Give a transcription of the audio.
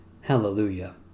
Hallelujah